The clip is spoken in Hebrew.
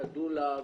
את הדולה,